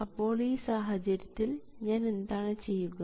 അപ്പോൾ ഈ സാഹചര്യത്തിൽ ഞാൻ എന്താണ് ചെയ്യുക